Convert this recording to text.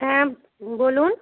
হ্যাঁ বলুন